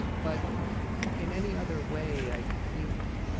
but in any other way i think